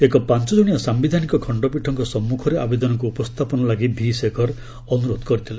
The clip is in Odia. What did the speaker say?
ଏକ ପାଞ୍ଚ ଜଣିଆ ସାୟିଧାନିକ ଖଣ୍ଡପୀଠଙ୍କ ସମ୍ମୁଖରେ ଆବେଦନକୁ ଉପସ୍ଥାପନ ଲାଗି ଭି ଶେଖର ଅନ୍ତରୋଧ କରିଥିଲେ